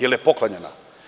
Jel je poklonjena?